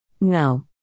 No